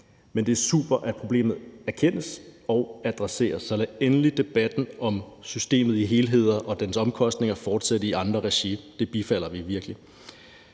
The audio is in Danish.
men det er super, at problemet erkendes og adresseres. Så lad endelig debatten om systemet i sin helhed og dens omkostninger fortsætte i anden regi – det bifalder vi virkelig.